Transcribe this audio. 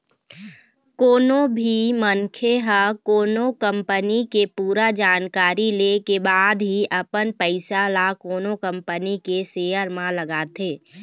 कोनो भी मनखे ह कोनो कंपनी के पूरा जानकारी ले के बाद ही अपन पइसा ल कोनो कंपनी के सेयर म लगाथे